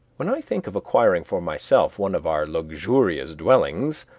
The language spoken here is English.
when i think of acquiring for myself one of our luxurious dwellings,